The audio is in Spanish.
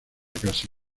casi